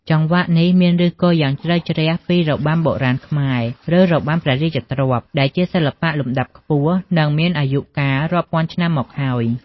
ចង្វាក់នេះមានឫសគល់យ៉ាងជ្រៅជ្រះពីរបាំបុរាណខ្មែរ ឬរបាំព្រះរាជទ្រព្យ ដែលជាសិល្បៈលំដាប់ខ្ពស់ និងមានអាយុកាលរាប់ពាន់ឆ្នាំមកហើយ។